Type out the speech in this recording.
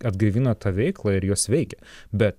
atgaivina tą veiklą ir jos veikia bet